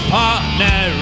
partner